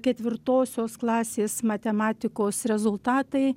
ketvirtosios klasės matematikos rezultatai